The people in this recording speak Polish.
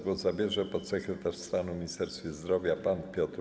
Głos zabierze podsekretarz stanu w Ministerstwie Zdrowia pan Piotr